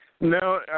No